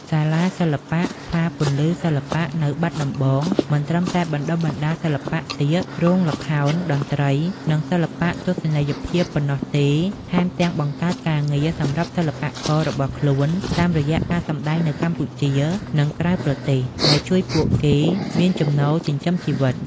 សាលាសិល្បៈ ហ្វារពន្លឺសិល្បៈ នៅបាត់ដំបង មិនត្រឹមតែបណ្តុះបណ្តាលសិល្បៈសៀក រោងល្ខោន តន្ត្រី និងសិល្បៈទស្សនីយភាពប៉ុណ្ណោះទេ ថែមទាំងបង្កើតការងារសម្រាប់សិល្បកររបស់ខ្លួនតាមរយៈការសម្តែងនៅកម្ពុជា និងក្រៅប្រទេសដែលជួយពួកគេមានចំណូលចិញ្ចឹមជីវិត។